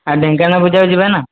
ଆଉ ଢେଙ୍କାନାଳ ପୂଜାକୁ ଯିବା ନା